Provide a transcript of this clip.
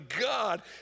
God